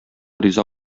риза